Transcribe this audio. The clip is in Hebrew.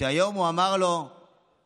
והיום הוא אמר לו כאן: